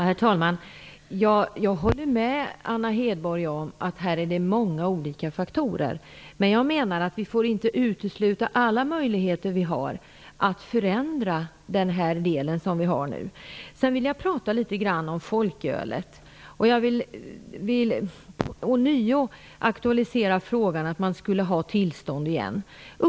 Herr talman! Jag håller med Anna Hedborg om att det finns många olika faktorer, men jag menar att vi inte får utesluta alla de möjligheter som vi nu har att förändra den här delen. Jag vill också prata om folkölet. Jag vill ånyo aktualisera frågan om att det skall krävas tillstånd för att få sälja folköl.